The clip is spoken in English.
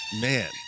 man